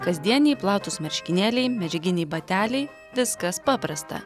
kasdieniai platūs marškinėliai medžiaginiai bateliai viskas paprasta